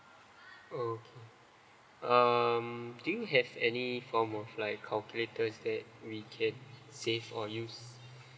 oh okay um do you have any form of like calculator so that we can save or use